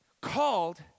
called